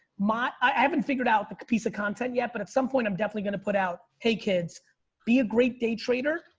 i haven't figured out the piece of content yet, but at some point i'm definitely gonna put out. hey, kids be a great day trader,